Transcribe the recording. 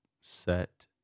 Set